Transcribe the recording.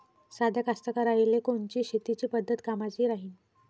साध्या कास्तकाराइले कोनची शेतीची पद्धत कामाची राहीन?